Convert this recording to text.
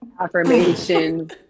affirmation